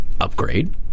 upgrade